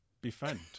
Befriend